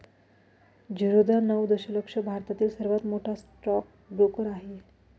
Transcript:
झिरोधा नऊ दशलक्ष भारतातील सर्वात मोठा स्टॉक ब्रोकर आहे